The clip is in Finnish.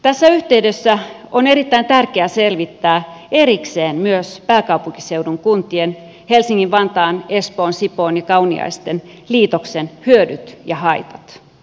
tässä yhteydessä on erittäin tärkeää selvittää erikseen myös pääkaupunkiseudun kuntien helsingin vantaan espoon sipoon ja kauniaisten liitoksen hyödyt ja haitat